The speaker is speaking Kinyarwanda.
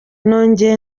nongeye